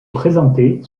présentait